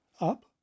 Up